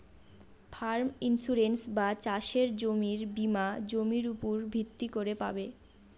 farm insurance বা চাসের জমির বীমা জমির উপর ভিত্তি করে পাবে